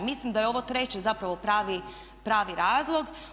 Mislim da je ovo treće zapravo pravi razlog.